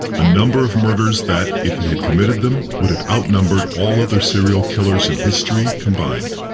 a number of murders that, if he had committed them, would've outnumbered all other serial killers in history combined.